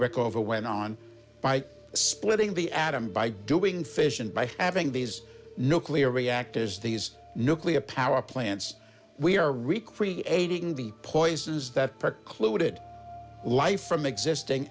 rickover went on by splitting the atom by doing fish and by having these nuclear reactors these nuclear power plants we are recreating the poisons that precluded life from existing